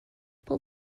pull